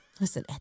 Listen